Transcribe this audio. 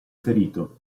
ferito